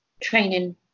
training